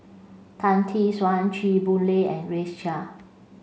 Tan Tee Suan Chew Boon Lay and Grace Chia